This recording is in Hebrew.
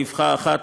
באבחה אחת,